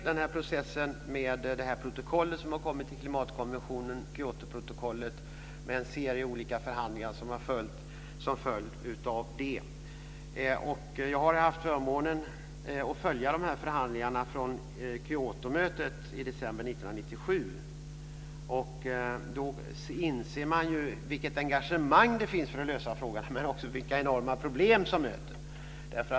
Här finns processen med protokollet som kommit till klimatkonventionen, Kyotoprotokollet, med en serie olika förhandlingar som en följd av det. Jag har haft förmånen att följa förhandlingarna från Kyotomötet i december 1997. Då inser man vilket engagemang det finns för att lösa frågan men också vilka enorma problem som möter.